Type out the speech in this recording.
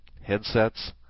headsets